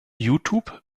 youtube